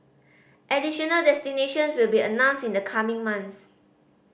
additional destinations will be announced in the coming months